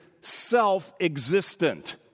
self-existent